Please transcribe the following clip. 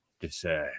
Decide